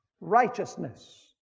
righteousness